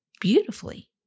beautifully